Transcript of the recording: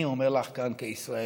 אני אומר לך כאן כישראלי,